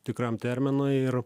tikram terminui ir